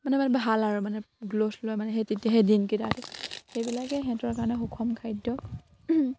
মানে মানে ভাল আৰু মানে গ্ৰ'থ লয় মানে সেই তেতিয়া সেই দিনকেইটা সেইবিলাকেই সিহঁতৰ কাৰণে সুষম খাদ্য